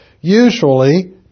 Usually